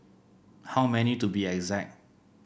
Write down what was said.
how many to be exact